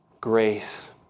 Grace